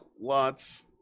lots